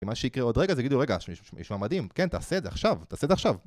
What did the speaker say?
אם מה שיקרה עוד רגע זה יגידו רגע יש משהו מדהים כן תעשה את זה עכשיו תעשה את זה עכשיו